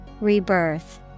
Rebirth